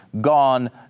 gone